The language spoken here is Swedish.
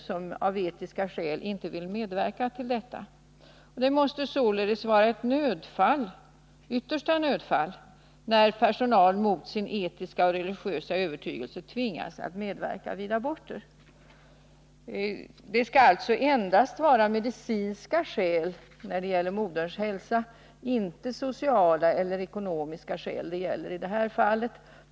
Det måste således vara yttersta nödfall när personal mot sin etiska och religiösa övertygelse tvingas att medverka vid aborter. Det skall alltså endast vara fråga om medicinska skäl; det är inte sociala eller ekonomiska skäl som gäller i det här fallet.